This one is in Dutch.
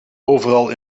overal